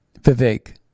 Vivek